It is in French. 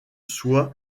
soit